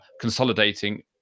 consolidating